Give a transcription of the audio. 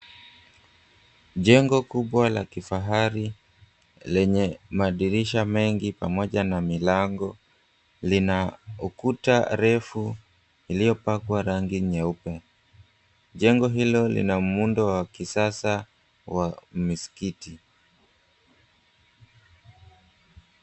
Jengo kubwa la kifahari lenye madirisha mengi pamoja na milango lina ukuta refu iliyopakwa rangi nyeupe. Jengo hilo lina muundo wa kisasa wa misikiti.